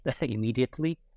immediately